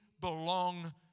belong